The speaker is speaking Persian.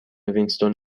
وینستون